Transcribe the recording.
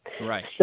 Right